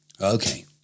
Okay